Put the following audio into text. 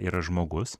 yra žmogus